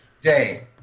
day